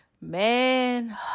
Man